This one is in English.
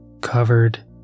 covered